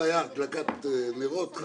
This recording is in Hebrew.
אתמול הייתה הדלקת נרות חנוכה.